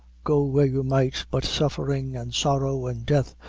go where you might, but suffering, and sorrow, and death,